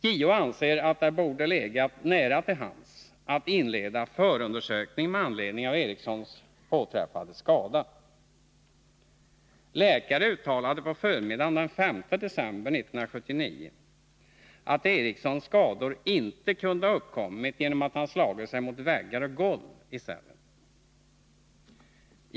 JO anser att det hade bort ligga nära till hands att inleda förundersökning med anledning av att Eriksson påträffats skadad. Läkare uttalade på förmiddagen den 5 december 1979 att Erikssons skador inte kunde ha uppkommit på grund av att han slagit sig mot väggar och golv i cellen.